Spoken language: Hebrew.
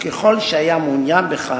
וככל שהיה מעוניין בכך,